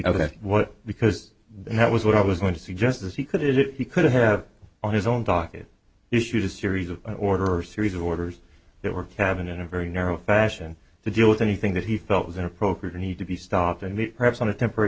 that was because that was what i was going to suggest as he could if he could have on his own docket issued a series of order or series of orders that were cabinet a very narrow fashion to deal with anything that he felt was inappropriate or need to be stopped and perhaps on a temporary